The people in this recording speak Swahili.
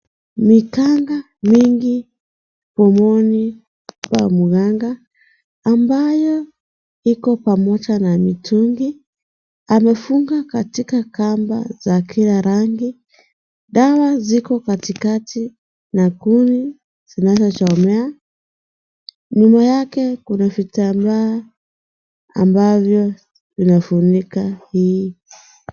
Mikanga mengi pomoni kwa mganga ambayo iko pamoja na mitungi, amefunga katika kamba za kila rangi, dawa ziko katikati ya kuni zinaezachomea, mbele yake kuna vitambaa ambavyo vimefunika hii.